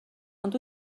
ond